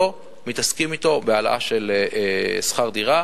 לא מתעסקים אתו בהעלאה של שכר דירה.